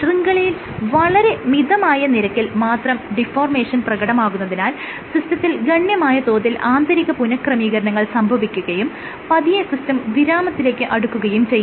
ശൃംഖലയിൽ വളരെ മിതമായ നിരക്കിൽ മാത്രം ഡിഫോർമേഷൻ പ്രകടമാകുന്നതിനാൽ സിസ്റ്റത്തിൽ ഗണ്യമായ തോതിൽ ആന്തരിക പുനഃക്രമീകരണങ്ങൾ സംഭവിക്കുകയും പതിയെ സിസ്റ്റം വിരാമത്തിലേക്ക് അടുക്കുകയും ചെയ്യുന്നു